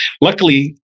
luckily